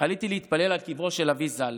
עליתי להתפלל על קברו של אבי ז"ל.